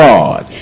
God